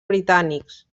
britànics